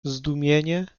zdumienie